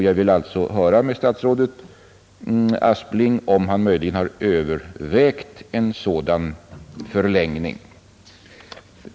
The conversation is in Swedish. Jag vill därför höra om statsrådet Aspling möjligen har övervägt en sådan förlängning.